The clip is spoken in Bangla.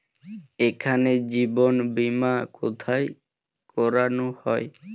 এখানে জীবন বীমা কোথায় করানো হয়?